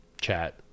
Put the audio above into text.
Chat